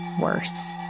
worse